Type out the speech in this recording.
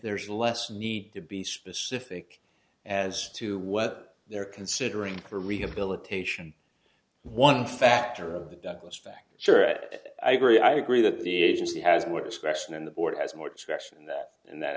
there is less need to be specific as to what they're considering for rehabilitation one factor of the douglas fact sure and i agree i agree that the agency has more discretion and the board has more discretion and that